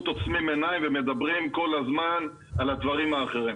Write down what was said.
עוצמים עיניים ומדברים כל הזמן על הדברים האחרים.